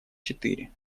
четыре